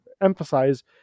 emphasize